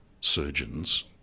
surgeons